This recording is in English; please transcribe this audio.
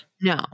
No